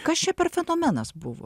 kas čia per fenomenas buvo